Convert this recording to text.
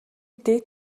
дээд